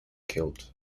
killed